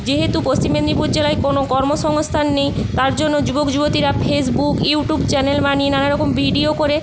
যেহেতু পশ্চিম মেদিনীপুর জেলায় কোনো কর্মসংস্থান নেই তার জন্য যুবক যুবতীরা ফেসবুক ইউটিউব চ্যানেল বানিয়ে নানা রকম ভিডিও করে